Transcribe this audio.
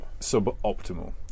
suboptimal